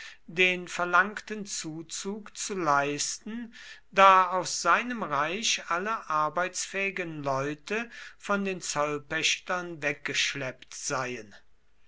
den verlangten zuzug zu leisten da aus seinem reich alle arbeitsfähigen leute von den zollpächtern weggeschleppt seien